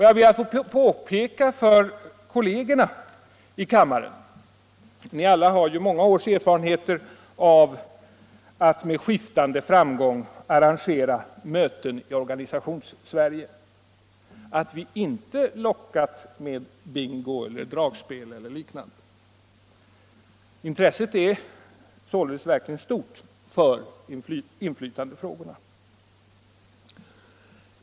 Jag ber att få påpeka för kollegerna här i kammaren -— vi alla har ju många års erfarenheter av att med skiftande framgång arrangera möten i Organisationssverige — att vi inte lockat med bingo, dragspel eller liknande. Intresset är således verkligen stort för inflytandefrågorna.